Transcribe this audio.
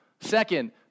Second